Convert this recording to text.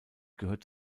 gehört